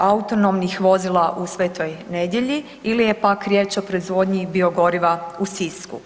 autonomnih vozila u Sv. Nedelji ili je pak riječ o proizvodnji bio goriva u Sisku.